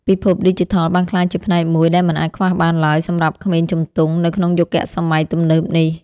ពិភពឌីជីថលបានក្លាយជាផ្នែកមួយដែលមិនអាចខ្វះបានឡើយសម្រាប់ក្មេងជំទង់នៅក្នុងយុគសម័យទំនើបនេះ។